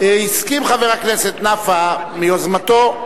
הסכים חבר הכנסת נפאע מיוזמתו,